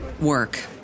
work